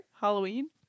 Halloween